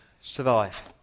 survive